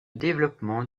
développement